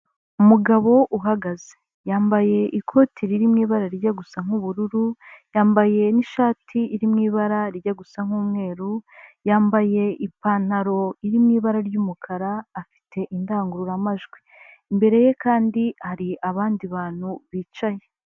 Umugabo uhagaze. Yambaye ikoti riri mu ibara riyya gusa nk'ubururu, yambaye n'ishati iri mu ibara rijya gusa nk'umweru, yambaye ipantaro iri mu ibara ry'umukara, afite indangururamajwi. Imbere ye kandi hari abandi bantu bicaye.